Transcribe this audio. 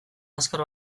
azkar